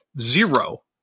Zero